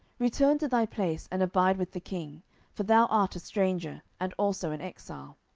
return to thy place, and abide with the king for thou art a stranger, and also an exile.